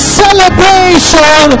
celebration